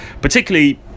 particularly